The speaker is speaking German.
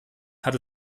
hat